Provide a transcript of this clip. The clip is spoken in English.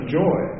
joy